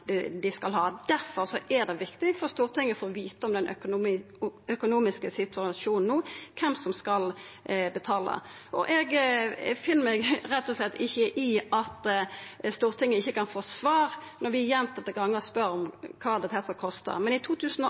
dei skal ha. Difor er det viktig for Stortinget å få vita om den økonomiske situasjonen no, og kven som skal betala. Eg finn meg rett og slett ikkje i at Stortinget ikkje kan få svar når vi gjentatte gonger spør om kva dette skal kosta. Men i